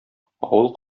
авыл